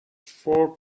four